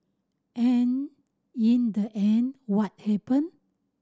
and in the end what happen